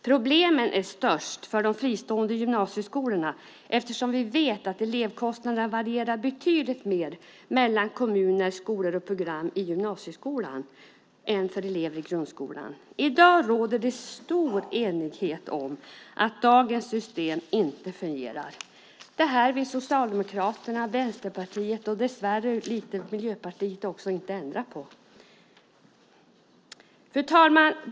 Problemen är störst för de fristående gymnasieskolorna eftersom elevkostnaden som vi vet varierar betydligt mer mellan kommuner, skolor och program i gymnasieskolan än för elever i grundskolan. I dag råder det stor enighet om att dagens system inte fungerar. Det här vill Socialdemokraterna, Vänsterpartiet, och dessvärre Miljöpartiet lite också, inte ändra på. Fru talman!